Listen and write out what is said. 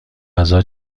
غذا